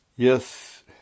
Yes